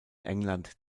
england